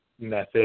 method